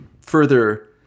further